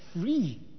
free